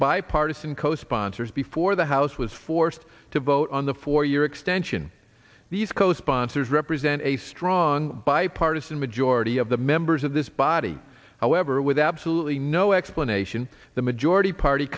bipartisan co sponsors before the house was forced to vote on the four year extent can these co sponsors represent a strong bipartisan majority of the members of this body however with absolutely no explanation the majority party